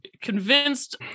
convinced